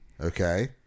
Okay